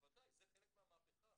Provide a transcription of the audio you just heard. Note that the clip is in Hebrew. בוודאי, זה חלק מהמהפכה.